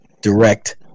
direct